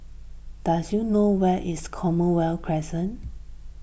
does you know where is Commonwealth Crescent